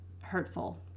hurtful